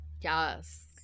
Yes